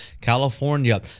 California